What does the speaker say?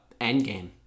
endgame